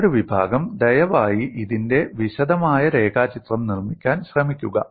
മറ്റൊരു വിഭാഗം ദയവായി ഇതിന്റെ വിശദമായ രേഖാചിത്രം നിർമ്മിക്കാൻ ശ്രമിക്കുക